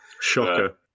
Shocker